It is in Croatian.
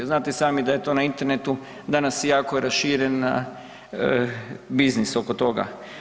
Znate i sami da je to na internetu danas jako raširen biznis oko toga.